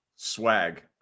Swag